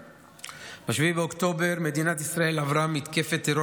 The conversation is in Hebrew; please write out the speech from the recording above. ב-7 באוקטובר מדינת ישראל עברה מתקפת טרור